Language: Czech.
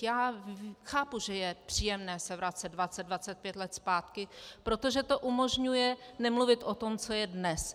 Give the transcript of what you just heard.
Já chápu, že je příjemné se vracet dvacet, dvacet pět let zpátky, protože to umožňuje nemluvit o tom, co je dnes.